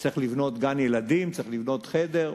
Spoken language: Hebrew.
צריך לבנות גן-ילדים, צריך לבנות חדר.